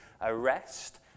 arrest